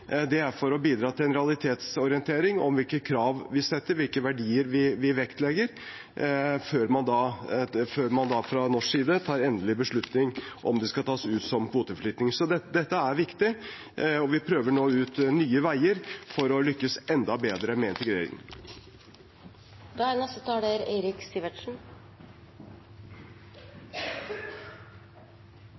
Det er for å bidra til en realitetsorientering om hvilke krav vi stiller, hvilke verdier vi vektlegger, før man fra norsk side tar en endelig beslutning om de skal tas ut som kvoteflyktninger. Dette er viktig, og vi prøver nå ut nye veier for å lykkes enda bedre med